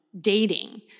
dating